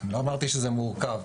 אני לא אמרתי שזה מורכב.